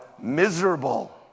miserable